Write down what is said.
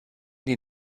die